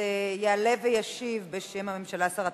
יעלה וישיב בשם הממשלה שר התעשייה,